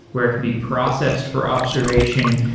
where it can be processed for observation,